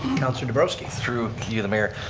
councilor nabrowski. through you, the mayor,